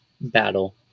battle